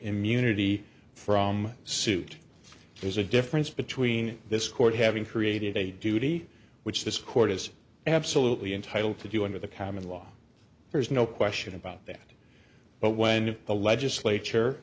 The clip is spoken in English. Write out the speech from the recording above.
immunity from suit there's a difference between this court having created a duty which this court is absolutely entitled to do under the common law there's no question about that but when the legislature